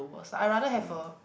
was I rather have a